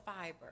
fiber